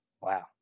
Wow